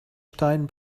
stein